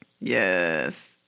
yes